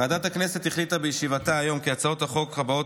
ועדת הכנסת החליטה בישיבתה היום כי הצעות החוק הבאות